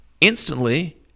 Instantly